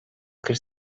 kırk